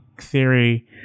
theory